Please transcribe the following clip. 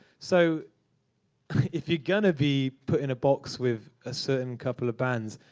so if you're going to be put in a box with a certain couple of bands,